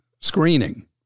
screening